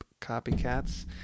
copycats